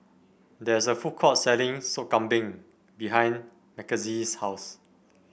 there is a food court selling Sop Kambing behind Makenzie's house